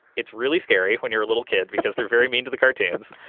it's really scary when you're a little kid because they're very mean to the cartoons.